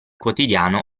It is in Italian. quotidiano